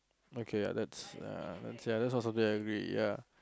okay that's that's was a really ya